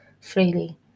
freely